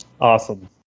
Awesome